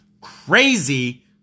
Crazy